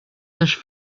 sages